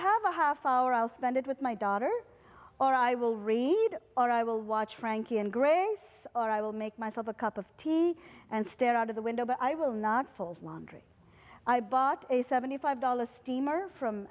have a half hour i'll spend it with my daughter or i will read or i will watch frankie and grace or i will make myself a cup of tea and stare out of the window but i will not fold laundry i bought a seventy five dollars steamer from